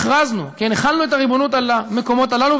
החלנו את הריבונות על המקומות הללו,